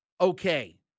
okay